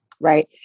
right